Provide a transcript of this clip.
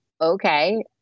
okay